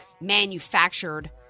manufactured